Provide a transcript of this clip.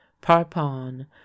Parpon